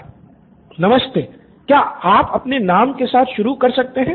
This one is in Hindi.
स्टूडेंट 1 नमस्ते क्या आप अपने नाम के साथ शुरू कर सकते हैं